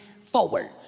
forward